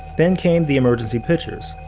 then came the emergency pitchers,